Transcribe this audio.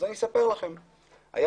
אני אספר לכם למה.